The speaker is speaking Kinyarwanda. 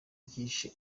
yahise